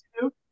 two